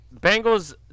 Bengals